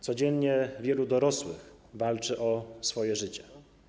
Codziennie wielu dorosłych walczy o swoje życie.